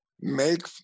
Make